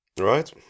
right